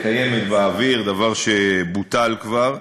זה אנחנו יודעים, קיימת באוויר, דבר שבוטל כבר.